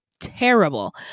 terrible